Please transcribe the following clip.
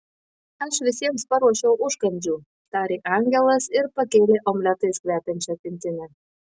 aš visiems paruošiau užkandžių tarė angelas ir pakėlė omletais kvepiančią pintinę